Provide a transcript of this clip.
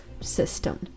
system